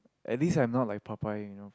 at least I'm not like Popeye you know